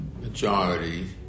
majority